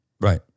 Right